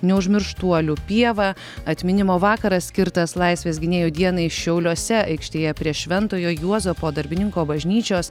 neužmirštuolių pieva atminimo vakaras skirtas laisvės gynėjų dienai šiauliuose aikštėje prie šventojo juozapo darbininko bažnyčios